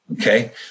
okay